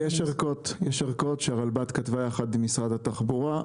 יש ערכות שהרלב"ד כתבה יחד עם משרד התחבורה,